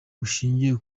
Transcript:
bushingiye